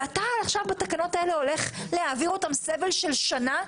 ואתה עכשיו בתקנות האלה הולך להעביר אותם סבל של שנה,